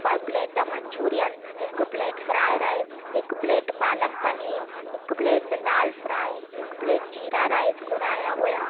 ॿ plate manchurian हिकु plate fried rice हिकु प्लेट पालक पनीर हिकु प्लेट दाल फ्राए हिकु प्लेट ज़ीरा राइज़ घुराया हुया